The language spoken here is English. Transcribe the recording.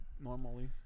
normally